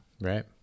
Right